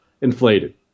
inflated